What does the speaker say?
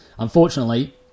Unfortunately